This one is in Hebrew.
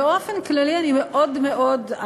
באופן כללי אני מאוד מאוד,